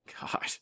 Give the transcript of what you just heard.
God